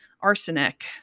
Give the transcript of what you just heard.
arsenic